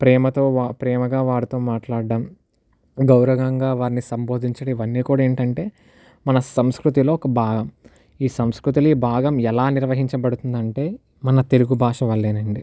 ప్రేమతో ప్రేమగా వారితో మాట్లాడడం గౌరవంగా వారిని సంభోదించడం ఇవన్నీ కూడా ఏంటంటే మన సంస్కృతిలో ఒక భాగం ఈ సంస్కృతిని భాగం ఎలా నిర్వహించబడుతుంది అంటే మన తెలుగు భాష వల్లేనండి